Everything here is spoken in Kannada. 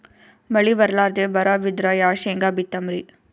ಮಳಿ ಬರ್ಲಾದೆ ಬರಾ ಬಿದ್ರ ಯಾ ಶೇಂಗಾ ಬಿತ್ತಮ್ರೀ?